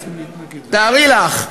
תארי לך,